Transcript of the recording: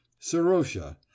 serosha